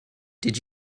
did